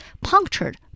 punctured